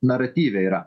naratyve yra